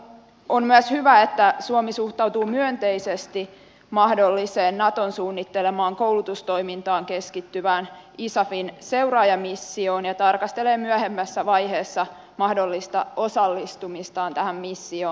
on myös hyvä että suomi suhtautuu myönteisesti mahdolliseen naton suunnittelemaan koulutustoimintaan keskittyvään isafin seuraajamissioon ja tarkastelee myöhemmässä vaiheessa mahdollista osallistumistaan tähän missioon